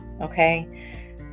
okay